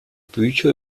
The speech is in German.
bücher